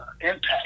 impact